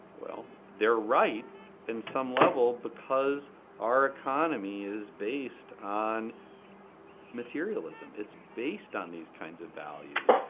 well, they're right in some level, because our economy is based on materialism, it's based on these kinds of values.